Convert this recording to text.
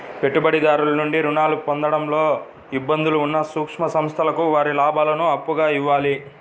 పెట్టుబడిదారుల నుండి రుణాలు పొందడంలో ఇబ్బందులు ఉన్న సూక్ష్మ సంస్థలకు వారి లాభాలను అప్పుగా ఇవ్వాలి